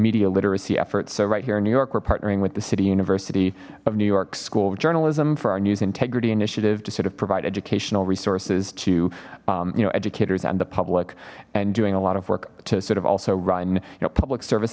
media literacy efforts so right here in new york we're partnering with the city university of new york school of journalism for our news integrity initiative to sort of provide educational resources to you know educators and the public and doing a lot of work to sort of also run you know public service